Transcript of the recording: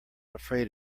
afraid